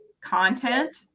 content